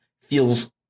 feels